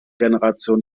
generation